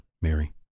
Mary